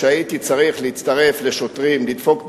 כשהייתי צריך להצטרף לשוטרים לדפוק בדלת,